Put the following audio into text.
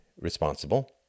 responsible